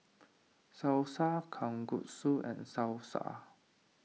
Salsa Kalguksu and Salsa